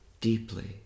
deeply